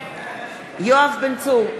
יואב בן צור,